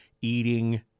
eating